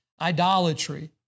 idolatry